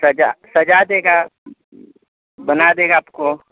सजा सजा देगा बना देगा आपको